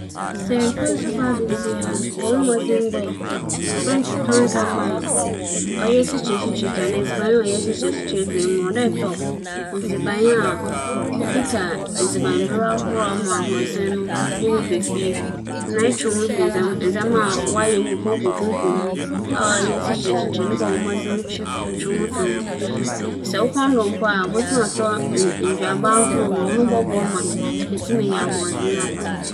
Sɛ me nyɛnko bi rohwehwɛ dɛ obedzi edziban a ahoͻdzen wͻ mu na mbom n'enyi wͻ esikyire edziban do pii a, afotu a medze bɛma no nye dɛ, ͻdze bɛhyɛ n'adwen mu dɛ esikyire edziban a n'enyi bͻbͻ do biara ewu dur da mu ntsi sɛ ͻdze ka n'ano a obowu. Onya dɛm adwen no hyɛ ne tsir mu a, menngye nndzi dɛ ͻbɛyɛ no dɛ ͻnkͻ esikyire edziban ho bio na dɛm yɛ no ͻbͻtwe no ho efi esikyire edziban ho koraa.